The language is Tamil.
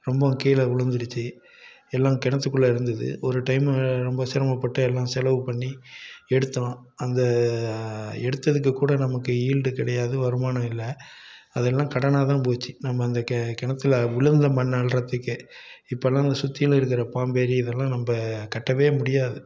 ரொம்பவும் கீழே விழுந்துடுச்சு எல்லாம் கிணத்துக்குள்ளே இருந்தது ஒரு டைமு ரொம்ப சிரமம் பட்டு எல்லாம் செலவு பண்ணி எடுத்தோம் அந்த எடுத்ததுக்கு கூட நமக்கு ஈடு கிடையாது வருமானம் இல்லை அது எல்லாம் கடனாக தான் போச்சு நம்ம அந்த கிணத்துல விழுந்த மண் அள்ளுறதுக்கே இப்போல்லாம் சுற்றிலும் இருக்கிற பாம்பு ஏரி இதெல்லாம் நம்ம கட்டவே முடியாது